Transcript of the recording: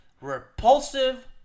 repulsive